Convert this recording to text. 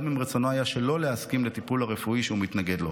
גם אם רצונו היה שלא להסכים לטיפול הרפואי שהוא מתנגד לו.